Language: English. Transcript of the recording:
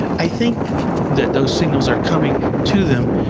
i think that those signals are coming to them,